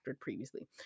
previously